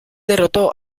derrotó